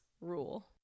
rule